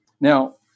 Now